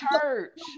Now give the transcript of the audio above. church